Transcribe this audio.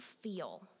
feel